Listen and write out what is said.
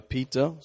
Peter